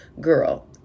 girl